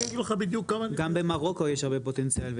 גם במרוקו יש הרבה פוטנציאל.